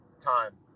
time